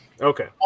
okay